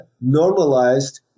normalized